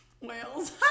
whales